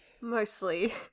mostly